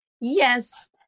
Yes